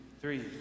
three